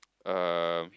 um